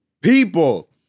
people